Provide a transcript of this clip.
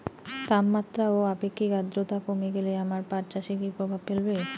তাপমাত্রা ও আপেক্ষিক আদ্রর্তা কমে গেলে আমার পাট চাষে কী প্রভাব ফেলবে?